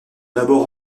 d’abord